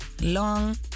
long